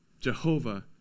Jehovah